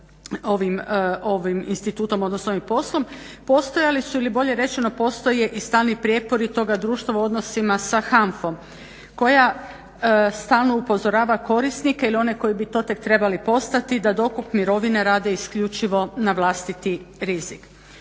ovim institutom, odnosno ovim poslom, postojali su ili bolje rečeno postoje i stalni prijepori toga društva u odnosima sa HANFA-om koja stalno upozorava korisnike ili one koji bi to tek trebali postati da dokup mirovine rade isključivo na vlastiti rizik.